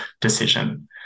decision